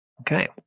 Okay